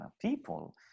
people